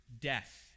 death